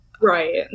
Right